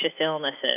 illnesses